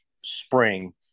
spring